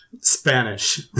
Spanish